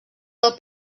del